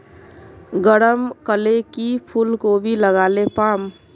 गरम कले की फूलकोबी लगाले पाम?